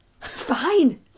fine